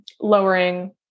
lowering